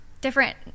different